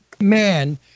man